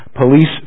police